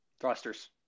Thrusters